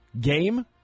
game